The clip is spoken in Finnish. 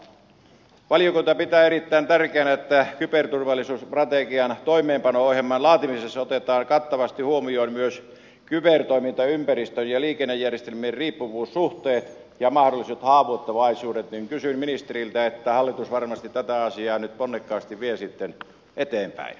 kun valiokunta pitää erittäin tärkeänä että kyberturvallisuusstrategian toimeenpano ohjelman laatimisessa otetaan kattavasti huomioon myös kybertoimintaympäristön ja liikennejärjestelmien riippuvuussuhteet ja mahdolliset haavoittuvaisuudet niin kysyn ministeriltä että hallitus varmasti tätä asiaa nyt ponnekkaasti vie sitten eteenpäin